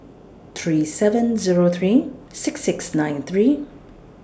three seven Zero three six six nine three